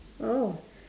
oh